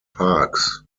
parks